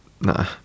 nah